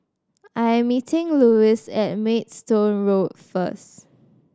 I'm meeting Luis at Maidstone Road first